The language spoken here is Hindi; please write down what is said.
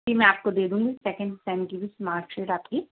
जी मैं आपको दे दूँगी सेकंड सेम की भी मार्कशीट आपकी